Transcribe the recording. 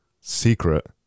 secret